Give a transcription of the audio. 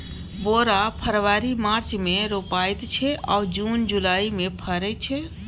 बोरा फरबरी मार्च मे रोपाइत छै आ जुन जुलाई मे फरय छै